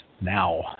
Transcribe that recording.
now